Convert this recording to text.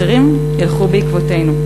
אחרים ילכו בעקבותינו.